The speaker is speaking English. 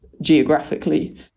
geographically